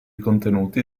contenuti